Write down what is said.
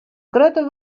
grutte